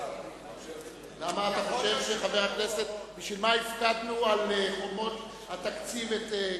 בשביל מה הפקדנו על חומות התקציב את גפני?